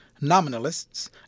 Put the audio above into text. nominalists